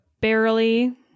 barely